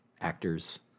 actors